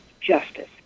justice